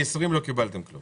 מיוני 20' לא קיבלתם דבר?